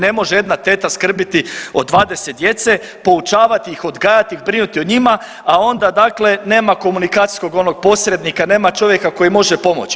Ne može jedna teta skrbiti o 20 djece, poučavati ih, odgajati, brinuti o njima, a onda dakle nema komunikacijskog onog posrednika, nema čovjeka koji može pomoći.